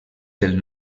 del